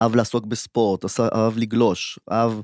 אהב לעסוק בספורט, אהב לגלוש, אהב...